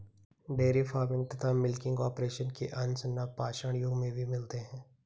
dairy farming तथा milking operation के अंश नवपाषाण युग में भी मिलते हैं